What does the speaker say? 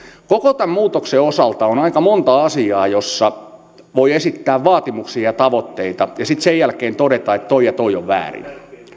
koko tämän muutoksen osalta on aika monta asiaa joissa voi esittää vaatimuksia ja tavoitteita ja sitten sen jälkeen todeta että tuo ja tuo on väärin